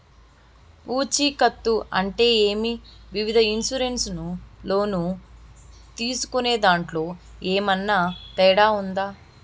పూచికత్తు అంటే ఏమి? వివిధ ఇన్సూరెన్సు లోను తీసుకునేదాంట్లో ఏమన్నా తేడా ఉందా?